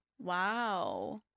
Wow